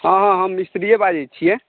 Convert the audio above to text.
हँ हँ हम मिस्त्रिये बाजैत छियै